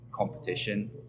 competition